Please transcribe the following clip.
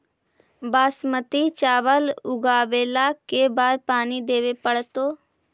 बासमती चावल उगावेला के बार पानी देवे पड़तै?